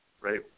right